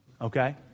okay